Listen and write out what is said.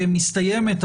מסתיימת,